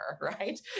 right